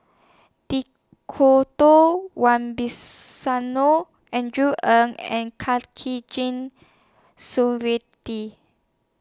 Djoko Wibisono Andrew Ang and Khatijah Surattee